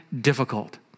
difficult